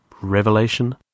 Revelation